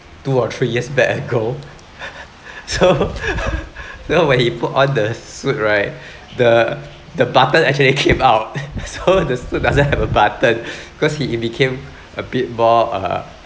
two or three years back ago so you know when he put on the suit right the the button actually came out so the suit doesn't have a button cause he he became a bit more uh